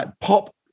pop